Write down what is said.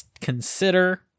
consider